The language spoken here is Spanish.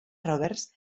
roberts